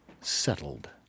settled